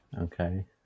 Okay